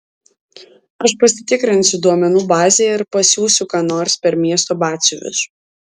aš pasitikrinsiu duomenų bazėje ir pasiųsiu ką nors per miesto batsiuvius